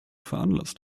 veranlasst